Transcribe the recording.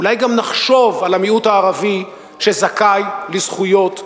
אולי גם נחשוב על המיעוט הערבי שזכאי לזכויות ולשוויון.